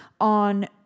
on